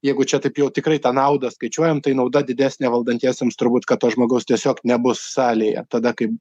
jeigu čia taip jau tikrai tą naudą skaičiuojam tai nauda didesnė valdantiesiems turbūt kad to žmogaus tiesiog nebus salėje tada kai